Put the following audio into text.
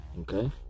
Okay